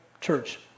Church